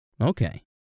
okay